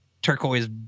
turquoise